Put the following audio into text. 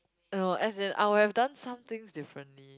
no as in I would have done some things differently